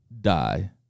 die